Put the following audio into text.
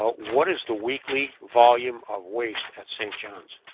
ah what is the weekly volume of waste at st. john's?